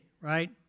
right